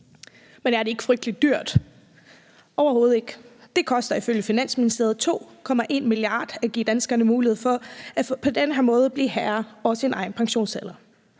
Men er det ikke frygtelig dyrt? Det er det overhovedet ikke. Det koster ifølge Finansministeriet 2,1 mia. kr. at give danskerne mulighed for på den her måde at blive herre over sin egen pensionsalder